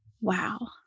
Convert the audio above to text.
Wow